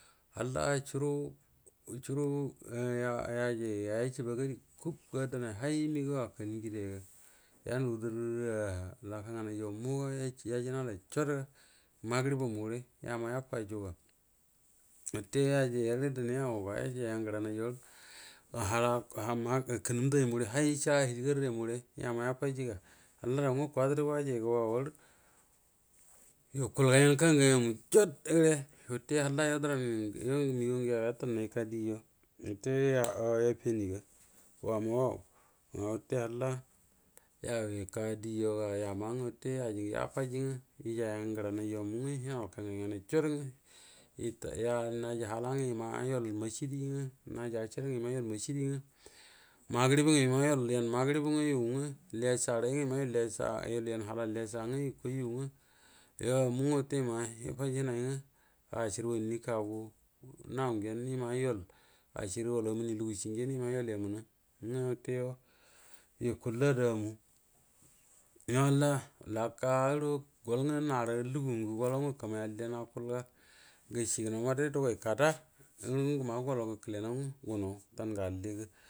Halla curuə curuə yajay ga yacəaba gali ga dənay hay megaaw akan həjie rayga yan wuədər ga, a laka nganayyu ga yajənalayicuot ga magəriebu mugərə yama yafujuga wute yayay arə danay yau goa yajay a ngəra nay yvorə uhm ga hala ham ga kəmən day muəgərə hay sa həaligaray mu gəre yama yafəaji ga, halla doungə kwadərə wayay ga wawaərə yakuəl ga yan kkangan ama cuat gəre wate yatal nai yəka dəaw you, watə yefraji ngwə, yəjayya ngə-ra nay you ngwə yannal, ga yam kangan ama cuot gare wate halla, youdv ramm mməgəaw ngə you yai yatal nai yoka deaw you, wate yefenie ga wau ga wute halla yau yəka doaw you, ga yama gwa wute aji ngv yafəa ji ngwa, kammay gamay cuat ngwə yəta, naji hala ngwə yəma ngwə yual maciadie ngwə najiasar ngwə yəma yoal macidisa ngwə